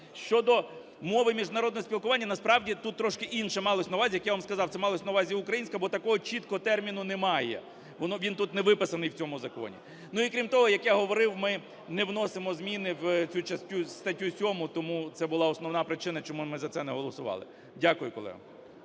Щодо мов міжнародного спілкування, насправді, тут трошки інше малось на увазі. Як я вам казав, це малась на увазі українська, бо такого чіткого терміну немає, він тут не виписаний, в цьому законі. Ну і, крім того, як я говорив, ми не вносимо зміни в цю статтю 7. Тому це була основна причина, чому ми за це не голосували. Дякую, колего.